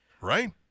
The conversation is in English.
Right